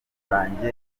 banjye